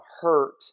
hurt